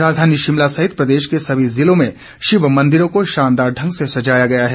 राजधानी शिमला सहित प्रदेश के सभी जिलों में शिव मन्दिरों को शानदार ढंग से सजाया गया है